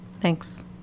Thanks